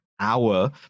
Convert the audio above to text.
Hour